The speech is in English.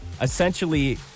essentially